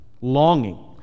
longing